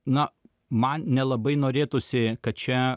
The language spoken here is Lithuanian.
na man nelabai norėtųsi kad čia